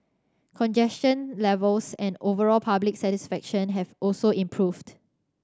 congestion levels and overall public satisfaction have also improved